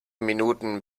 minuten